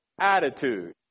attitude